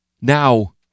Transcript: Now